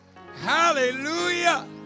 Hallelujah